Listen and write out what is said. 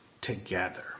together